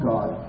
God